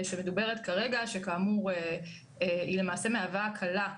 התוספת מהווה הקלה,